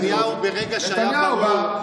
נתניהו נתן את התקווה של שתי מדינות.